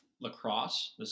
Lacrosse